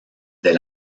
del